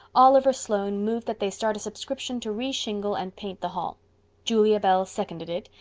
oliver sloane moved that they start a subscription to re-shingle and paint the hall julia bell seconded it,